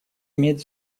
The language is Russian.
имеет